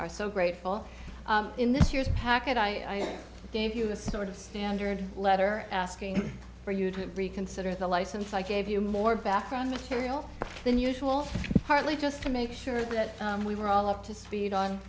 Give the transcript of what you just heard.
are so grateful in this year's packet i gave you the sort of standard letter asking for you to reconsider the license i gave you more background material than usual partly just to make sure that we were all up to speed on